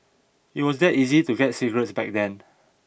it was that easy to get cigarettes back then